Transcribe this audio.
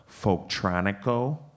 Folktronico